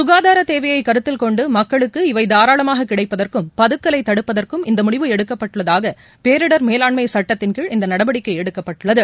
சுகாதார தேவையை கருத்தில் கொண்டு மக்களுக்கு இவை தாராளமாகக் கிடைப்பதற்கும் பதுக்கலைத் தடுப்பதற்கும் இந்த முடிவு எடுக்கப்பட்டுள்ளதாக பேரிடர் மேலாண்மை சுட்டத்தின்கீழ் இந்த நடவடிக்கை எடுக்கப்பட்டுள்ளது